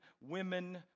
women